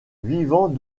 vivant